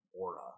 aura